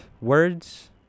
words